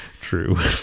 True